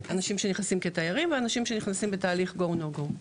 אנשים שנכנסים כתיירים ואנשים שנכנסים בתהליך גו נו גו.